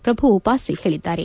ಪ್ರಭು ಉಪಾಸೆ ಹೇಳದ್ದಾರೆ